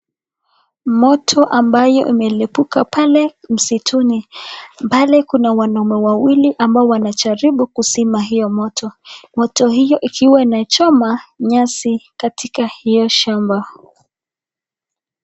Moto ambayo imelipuka msituni, pale kuna wanaume wawili ambao wanajaribu kuzima hiyo moto moto hiyo ikiwa inachoma nyasi katika hiyo shamba.